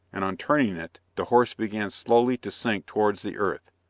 and on turning it, the horse began slowly to sink towards the earth.